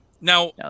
Now